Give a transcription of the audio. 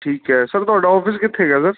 ਠੀਕ ਐ ਸਰ ਤੁਹਾਡਾ ਓਫਿਸ ਕਿੱਥੇ ਕ ਐ ਸਰ